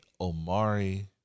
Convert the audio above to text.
Omari